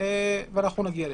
ונגיע לשם.